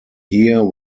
here